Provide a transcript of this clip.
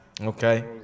Okay